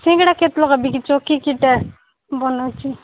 ସିଙ୍ଗଡ଼ା କେତେ ଲେଖା ବିକୁଛ କି କିଟା ବନଉଛି